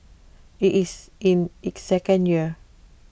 IT is in its second year